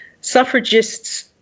suffragists